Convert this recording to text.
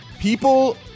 people